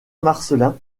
marcellin